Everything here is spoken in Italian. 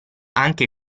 anche